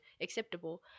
acceptable